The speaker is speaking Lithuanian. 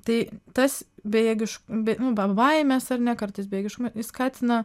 tai tas bejėgiš be nu be baimės ar ne kartais bejėgiškumą jis skatina